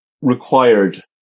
required